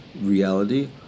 reality